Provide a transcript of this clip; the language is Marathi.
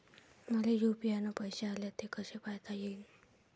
मले यू.पी.आय न पैसे आले, ते कसे पायता येईन?